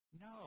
No